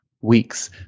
weeks